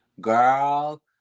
Girl